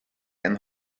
einen